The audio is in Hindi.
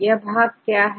यह भाग क्या है